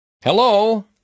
Hello